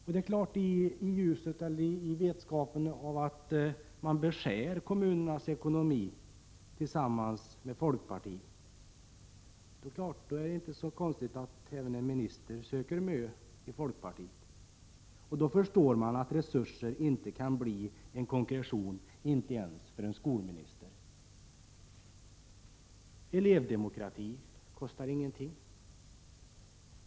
I vetskap om att socialdemokraterna tillsammans med folkpartiet beskär kommunernas ekonomi är det inte så konstigt att även en minister söker en mö i folkpartiet, och då förstår man att resurser inte kan bli konkretion, inte ens för en skolminister. Elevdemokrati kostar ingenting.